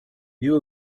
you